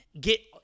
get